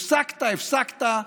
הפסקת, הפסקת.